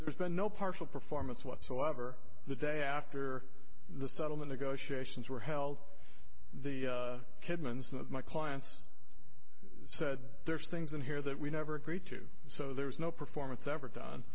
there's been no partial performance whatsoever the day after the settlement negotiations were held the kidman some of my clients said there's things in here that we never agreed to so there's no performance ever done